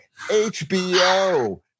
HBO